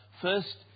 first